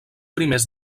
primers